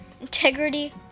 integrity